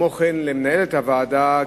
ולמנהלת הוועדה,